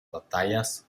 batallas